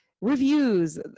reviews